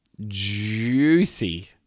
juicy